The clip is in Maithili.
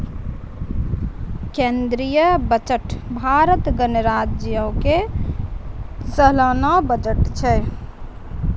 केंद्रीय बजट भारत गणराज्यो के सलाना बजट छै